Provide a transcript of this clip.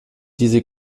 diese